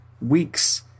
weeks